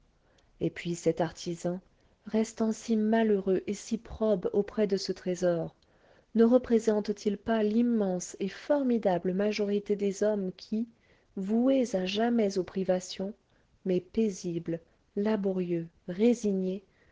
et puis cet artisan restant si malheureux et si probe auprès de ce trésor ne représente t il pas l'immense et formidable majorité des hommes qui voués à jamais aux privations mais paisibles laborieux résignés